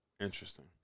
Interesting